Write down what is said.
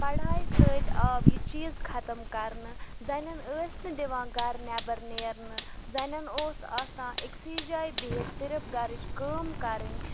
پڑاے سۭتۍ آو یہِ چیٖز ختم کرنہٕ زَنٮ۪ن ٲسۍ نہٕ دِوان گر نٮ۪بر نیرنہٕ زَنٮ۪ن اوس آسان أکسی جایہِ بِہتھ صرف گرٕچ کٲم کَرٕنۍ